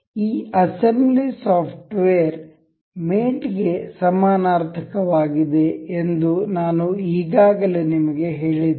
ಈ assembly software mate ಗೆ ಸಮಾನಾರ್ಥಕವಾಗಿದೆ ಎಂದು ನಾನು ಈಗಾಗಲೇ ನಿಮಗೆ ಹೇಳಿದ್ದೇನೆ